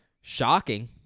shocking